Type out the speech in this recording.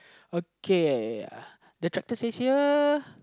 okay the tractor says here